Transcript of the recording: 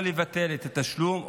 או לבטל את התשלום,